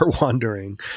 wandering